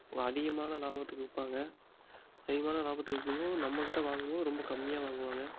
அதிகமான லாபத்துக்கு விற்பாங்க அதிகமான லாபத்துக்கு விற்கிம்போது நம்மக்கிட்ட வாங்கும்போது ரொம்ப கம்மியாக வாங்குவாங்க